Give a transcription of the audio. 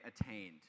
attained